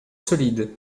solide